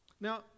Now